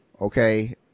okay